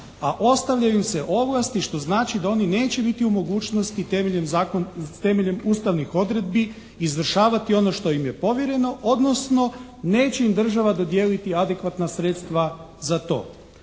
a ostavljaju se ovlasti što znači da oni neće biti u mogućnosti temeljem ustavnih odredbi izvršavati ono što im je povjereno, odnosno neće im država dodijeliti adekvatna sredstva za to.